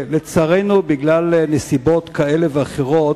לצערנו, בגלל נסיבות כאלה ואחרות,